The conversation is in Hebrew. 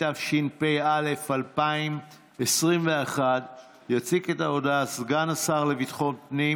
התשפ"א 2021. יציג את ההודעה סגן השר לביטחון פנים